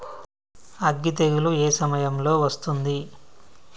అగ్గి తెగులు ఏ సమయం లో వస్తుంది?